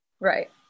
right